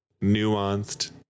nuanced